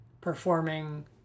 performing